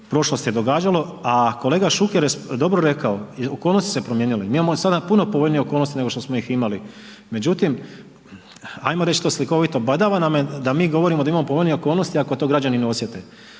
prošlosti događalo. A kolega Šuker je dobro rekao, okolnosti su se promijenile. Mi imamo sada puno povoljnije okolnosti nego što smo ih imali. Međutim, ajmo reći to slikovito, badava nam je da mi govorimo da imamo povoljnije okolnosti ako to građani ne osjete.